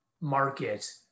market